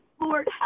Lord